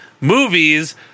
movies